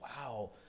wow